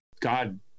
god